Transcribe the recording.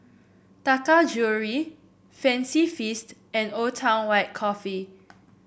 Taka Jewelry Fancy Feast and Old Town White Coffee